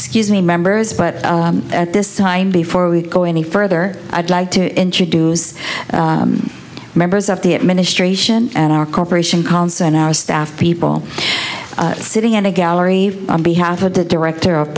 excuse me members but at this time before we go any further i'd like to introduce members of the administration and our corporation columns and our staff people sitting in a gallery on behalf of the director of